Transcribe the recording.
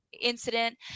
incident